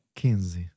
Quinze